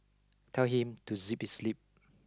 tell him to zip his lip